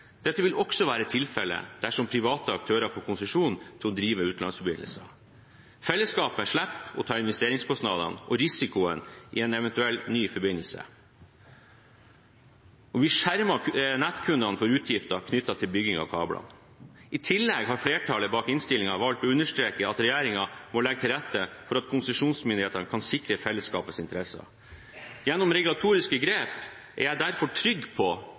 Dette vil også være tilfellet dersom private aktører får konsesjon til å drive utenlandsforbindelser. Fellesskapet slipper å ta investeringskostnaden og risikoen ved en eventuell ny forbindelse, og vi skjermer nettkundene for utgifter knyttet til byggingen av kabelen. I tillegg har flertallet bak innstillingen valgt å understreke at regjeringen må legge til rette for at konsesjonsmyndighetene kan sikre fellesskapets interesser. Gjennom regulatoriske grep er jeg derfor trygg på